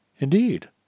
Indeed